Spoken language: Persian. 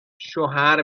شوهر